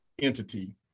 entity